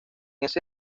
ese